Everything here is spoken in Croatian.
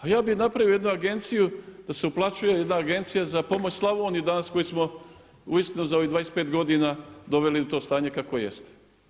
A ja bi napravio jednu agenciju da se uplaćuje jedna agencija za pomoć Slavoniji danas koju smo uistinu za ovih 25 godina doveli u to stanje kakvo jeste.